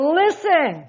listen